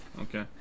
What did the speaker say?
Okay